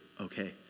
Okay